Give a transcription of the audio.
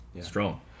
Strong